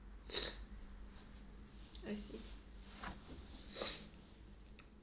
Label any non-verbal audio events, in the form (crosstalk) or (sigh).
(noise) I see (noise)